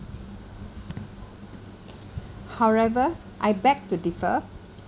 however I beg to differ